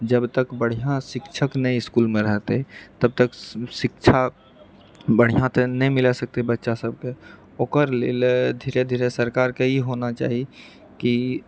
जबतक बढ़ियाँ नहि इसकुलमे रहतै तबतक शिक्षा बढ़िआँसँ नहि मिलए सकए बच्चा सबकेँ ओकर लेल धीरे धीरे सरकारके ई होना चाही कि